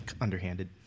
underhanded